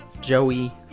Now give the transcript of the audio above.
Joey